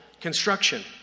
construction